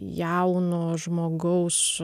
jauno žmogaus